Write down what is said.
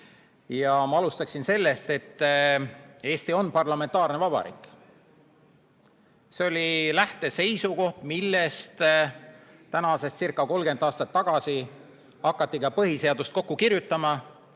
Ma alustan sellest, et Eesti on parlamentaarne vabariik. See oli lähteseisukoht, mille järgicirca30 aastat tagasi hakati põhiseadust kokku kirjutama.